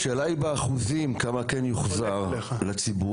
השאלה היא באחוזים, כמה כן יוחזר לציבור.